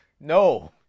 No